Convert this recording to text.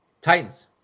Titans